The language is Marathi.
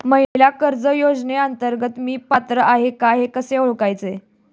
महिला कर्ज योजनेअंतर्गत मी पात्र आहे का कसे ओळखायचे?